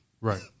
right